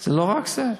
זה לא רק זה,